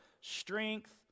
strength